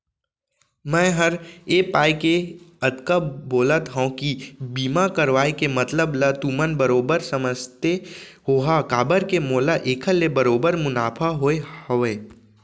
मैं हर ए पाय के अतका बोलत हँव कि बीमा करवाय के मतलब ल तुमन बरोबर समझते होहा काबर के मोला एखर ले बरोबर मुनाफा होय हवय